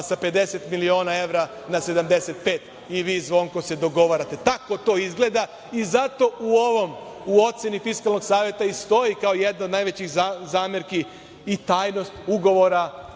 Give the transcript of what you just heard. sa 50 miliona evra na 75, vi i Zvonko se dogovarate. Tako to izgleda i zato u oceni Fiskalnog saveta i stoji kao jedna od najvećih zamerki i tajnost ugovora,